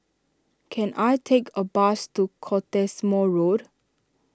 can I take a bus to Cottesmore Road